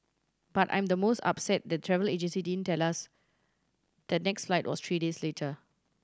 but I'm the most upset the travel agency didn't tell us the next flight was three days later